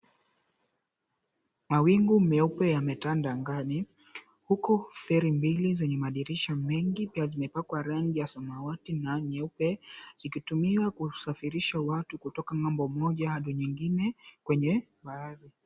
Mawingu meupe yametanda angani huku feri mbili zenye madirisha mengi pia zimepakwa rangi ya samawati na nyeupe, zikitumiwa kusafirisha watu kutoka ng'ambo moja hadi nyingine kwenye bahari.